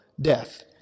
death